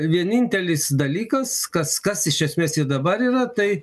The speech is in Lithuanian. vienintelis dalykas kas kas iš esmės jau dabar yra tai